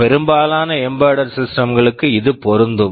பெரும்பாலான embedded systems embedded systems களுக்கு இது பொருந்தும்